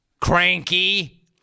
Cranky